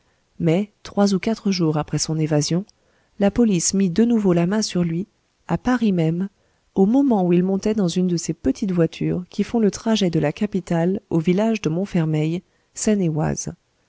mais trois ou quatre jours après son évasion la police mit de nouveau la main sur lui à paris même au moment où il montait dans une de ces petites voitures qui font le trajet de la capitale au village de montfermeil